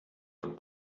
von